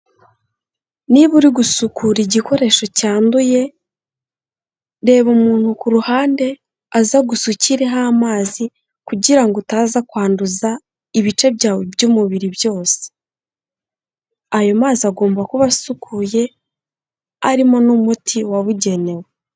Niba uri gusukura igikoresho cyanduye, reba umuntu ku ruhande aze agusukireho amazi kugira ngo utaza kwanduza ibice byawe by'umubiri byose, ayo mazi agomba kuba asukuye arimo n'umuti wabugenewe.